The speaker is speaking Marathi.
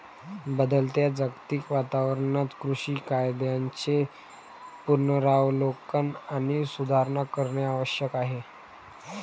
बदलत्या जागतिक वातावरणात कृषी कायद्यांचे पुनरावलोकन आणि सुधारणा करणे आवश्यक आहे